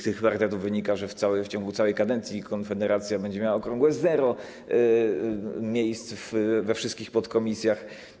Z tych parytetów wynika, że w ciągu całej kadencji Konfederacja będzie miała okrągłe zero miejsc we wszystkich podkomisjach.